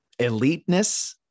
eliteness